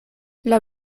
laŭ